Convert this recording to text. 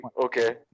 Okay